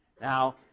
now